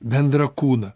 bendrą kūną